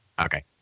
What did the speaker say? Okay